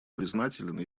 признателен